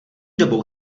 dobou